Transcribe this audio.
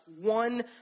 one